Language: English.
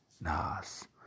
Nas